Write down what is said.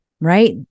right